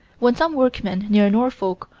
when some workmen, near norfolk,